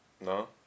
No